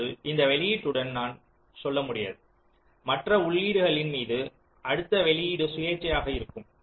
அப்பொழுது இந்த வெளியீட்டுடன் நான் சொல்ல முடியாது மற்ற உள்ளீடுகளின் மீது அடுத்த வெளீயிடு சுயேச்சையாக இருக்கும்